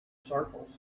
circles